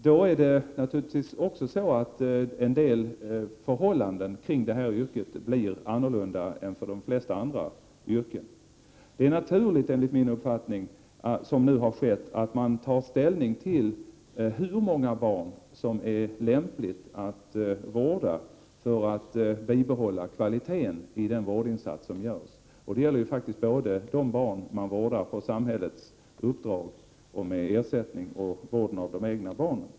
Då är det naturligtvis också så att en del förhållanden kring detta yrke blir annorlunda jämfört med de flesta andra yrken. Det är enligt min uppfattning naturligt att man, som nu har skett, tar ställning till hur många barn som det är lämpligt att vårda för att bibehålla kvaliteten i den vårdinsats som görs — det gäller såväl de barn som man vårdar på samhällets uppdrag mot ersättning som vården av de egna barnen.